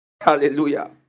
Hallelujah